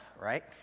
right